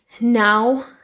now